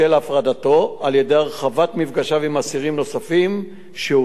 על-ידי הרחבת מפגשיו עם אסירים נוספים שאותרו לשם כך.